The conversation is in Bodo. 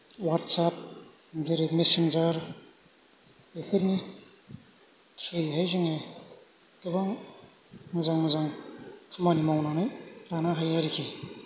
अवाट्सएप जेरै मेसेन्जार बेफोरनि थ्रुयैहाय जोङो गोबां मोजां मोजां खामानि मावनानै लानो हायो आरोखि